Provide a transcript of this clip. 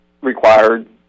required